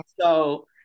So-